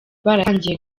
baratangiye